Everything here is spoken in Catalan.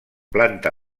planta